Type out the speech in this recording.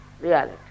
reality